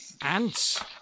Ants